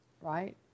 right